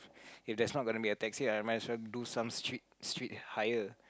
if there's not going to be a taxi I might as well do some street street hire